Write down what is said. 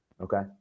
Okay